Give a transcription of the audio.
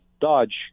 Dodge